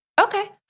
Okay